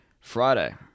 Friday